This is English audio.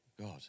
God